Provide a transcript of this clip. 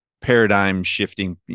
paradigm-shifting